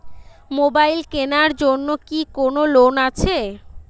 Mobile কেনার জন্য কি কোন লোন আছে?